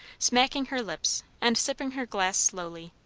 smacking her lips and sipping her glass slowly.